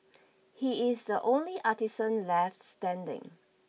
he is the only artisan left standing